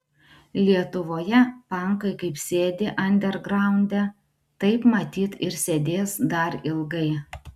lietuvoje pankai kaip sėdi andergraunde taip matyt ir sėdės dar ilgai